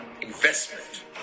investment